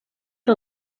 que